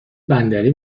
بندری